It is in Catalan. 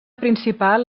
principal